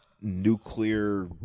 nuclear